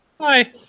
hi